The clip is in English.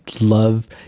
love